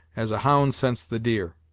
as a hound scents the deer.